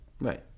right